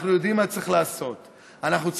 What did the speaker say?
אנחנו יודעים מה צריך לעשות.